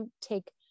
take